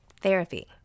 Therapy